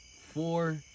four